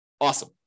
Awesome